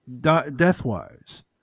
death-wise